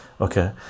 okay